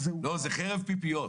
זה השיעור שצריך להיות בחוק.